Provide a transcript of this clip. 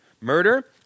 Murder